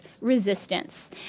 resistance